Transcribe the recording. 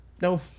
no